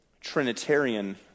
Trinitarian